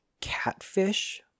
catfish